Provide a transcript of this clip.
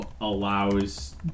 allows